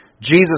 Jesus